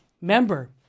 member